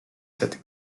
cette